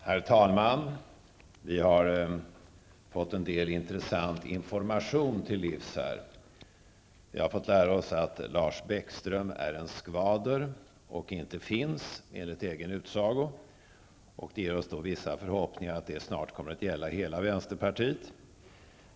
Herr talman! Vi har här fått en del intressant information till livs. Vi har fått lära oss att Lars Bäckström är en skvader och inte finns, enligt egen utsago -- och det ger oss vissa förhoppningar om att det snart kommer att gälla hela vänsterpartiet.